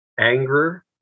anger